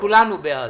וכולנו בעד.